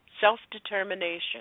self-determination